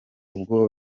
uwo